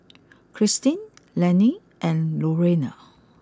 Cristine Lenny and Lorayne